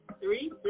three